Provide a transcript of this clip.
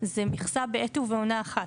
זה מכסה בעת ובעונה אחת.